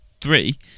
three